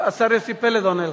השר יוסי פלד עונה לך.